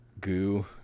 goo